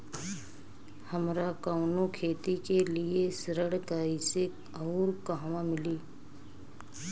हमरा कवनो खेती के लिये ऋण कइसे अउर कहवा मिली?